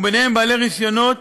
ובהם בעלי רישיונות